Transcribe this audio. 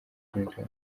clinton